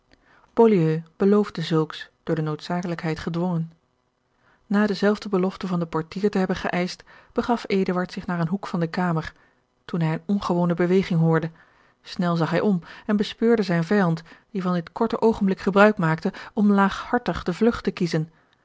beloofde zulks door de noodzakelijkheid gedrongen na dezelfde belofte van den portier te hebben geëischt begaf eduard zich naar een hoek van de kamer toen hij eene ongewone beweging hoorde snel zag hij om en bespeurde zijn vijand die van dit korte oogenblik gebruik maakte om laaghartig de vlugt te kiezen